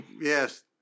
yes